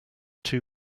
two